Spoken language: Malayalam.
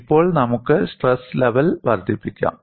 ഇപ്പോൾ നമുക്ക് സ്ട്രെസ് ലെവൽ വർദ്ധിപ്പിക്കാം